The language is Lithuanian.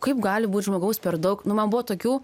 kaip gali būt žmogaus per daug nu man buvo tokių